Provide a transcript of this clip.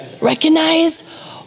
recognize